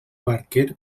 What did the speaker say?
barquer